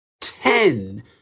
ten